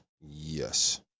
yes